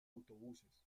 autobuses